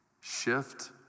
shift